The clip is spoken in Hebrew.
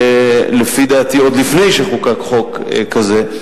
לפי דעתי עוד לפני שחוקק חוק כזה.